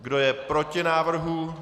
Kdo je proti návrhu?